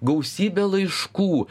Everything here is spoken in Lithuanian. gausybę laiškų